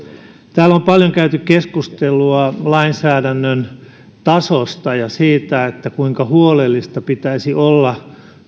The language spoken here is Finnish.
täällä on paljon käyty keskustelua lainsäädännön tasosta ja siitä kuinka huolellista pitäisi lainvalmistelun olla